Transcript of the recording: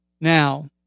now